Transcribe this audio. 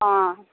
অ